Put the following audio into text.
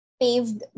paved